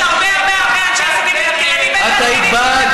יש הרבה הרבה אנשי עסקים, את היית בעד,